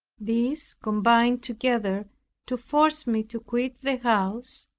these combined together to force me to quit the house,